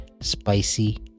Spicy